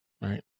right